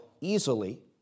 easily